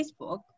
Facebook